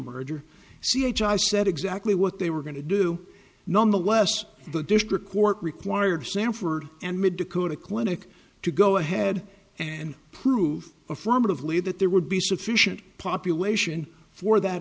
merger c h i said exactly what they were going to do nonetheless the district court required sanford and mid dakota clinic to go ahead and prove affirmatively that there would be sufficient population for that